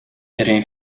erin